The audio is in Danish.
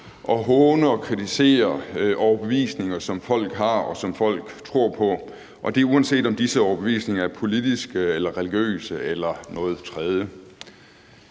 og håne og kritisere overbevisninger, som folk har, og som folk tror på, og det er, uanset om disse overbevisninger er politiske eller religiøse eller noget tredje.